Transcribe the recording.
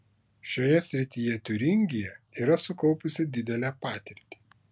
šioje srityje tiūringija turi sukaupusi didelę patirtį